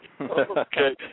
Okay